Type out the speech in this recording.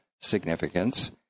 significance